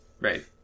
right